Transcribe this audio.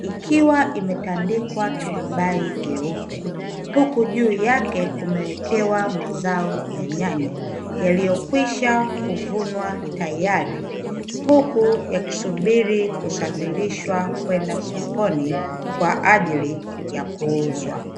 ikiwa imetandikwa turubai jeupe; huku juu yake kumewekewa mazao ya nyanya yaliyokwisha kuvunwa tayari, huku yakisubiri kusafirishwa kwenda sokoni kwa ajili ya kuuzwa.